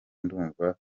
ndumva